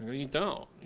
you don't,